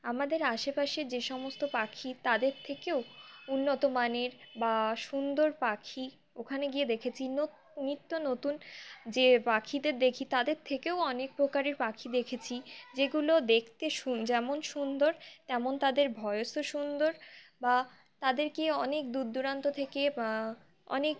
আমাদের আশেপাশে যে সমস্ত পাখি তাদের থেকেও উন্নত মানের বা সুন্দর পাখি ওখানে গিয়ে দেখেছি নিত্য নতুন যে পাখিদের দেখি তাদের থেকেও অনেক প্রকারের পাখি দেখেছি যেগুলো দেখতে যেমন সুন্দর তেমন তাদের ভয়েসও সুন্দর বা তাদেরকে অনেক দূরদূরান্ত থেকে অনেক